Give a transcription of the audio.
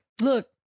look